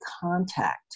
contact